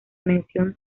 mención